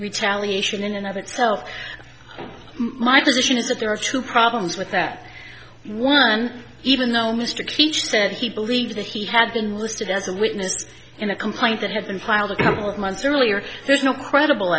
retaliation in another itself my position is that there are two problems with that one even though mr keach said he believed that he had been listed as a witness in a complaint that had been filed a couple of months earlier there's no credible